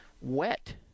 wet